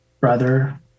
brother